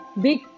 big